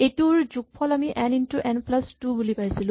এইটোৰ যোগফল আমি n into n plus two বুলি পাইছিলো